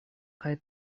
kaj